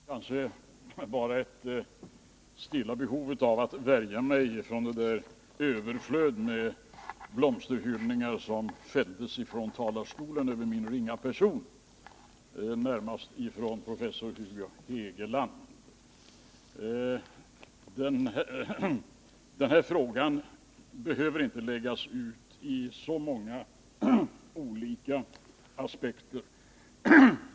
Herr talman! Jag har bara ett stilla behov av att värja mig mot det överflöd av blomsterhyllningar som frambars från talarstolen till min ringa person, närmast från professor Hugo Hegeland. Den här frågan behöver inte belysas ur så många olika aspekter.